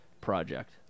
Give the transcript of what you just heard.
project